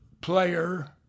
player